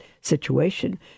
situation